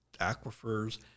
aquifers